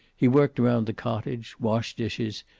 he worked around the cottage, washed dishes,